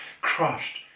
crushed